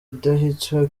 idahwitse